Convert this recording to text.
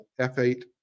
F8